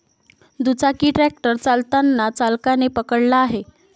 दुचाकी ट्रॅक्टर चालताना चालकाने पकडला आहे